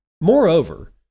Moreover